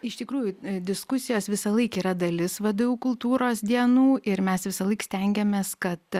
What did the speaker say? iš tikrųjų diskusijos visąlaik yra dalis vdu kultūros dienų ir mes visąlaik stengiamės kad